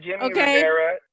okay